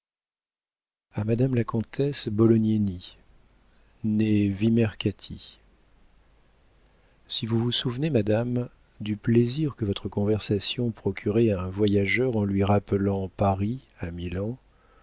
madame la comtesse bolognini née vimercati si vous vous souvenez madame du plaisir que votre conversation procurait à un voyageur en lui rappelant paris à milan